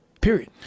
Period